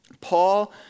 Paul